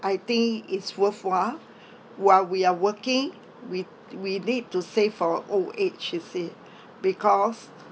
I think it's worthwhile while we are working we we need to save for old age you see because